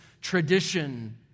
tradition